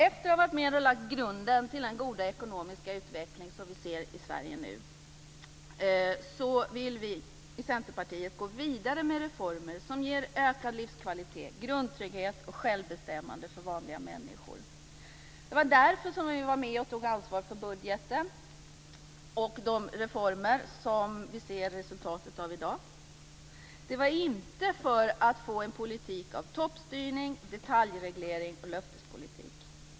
Efter att ha varit med och lagt grunden till den goda ekonomiska utveckling som vi ser i Sverige nu, vill vi i Centerpartiet gå vidare med reformer som ger ökad livskvalitet, grundtrygghet och självbestämmande för vanliga människor. Det var därför som vi var med och tog ansvar för budgeten och de reformer som vi ser resultatet av i dag. Det var inte för att få en politik av toppstyrning, detaljreglering och löftespolitik.